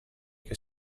che